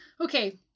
Okay